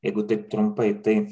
jeigu taip trumpai tai